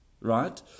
right